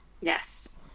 Yes